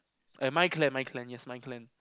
and mind clan mind clan yes mind clan